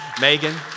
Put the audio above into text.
Megan